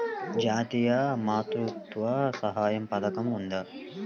జాతీయ మాతృత్వ సహాయ పథకం ఉందా?